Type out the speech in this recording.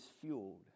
fueled